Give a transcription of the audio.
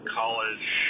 college